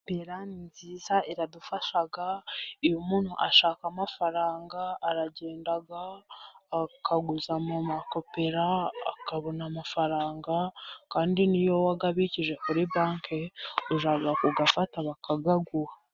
Kopera ni nziza iradufasha iyo umuntu ashaka amafaranga aragenda akaguza mu makopera akabona amafaranga, kandi niyo wayabikije kuri banki ujya kuyafata bakayaguha.